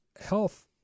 health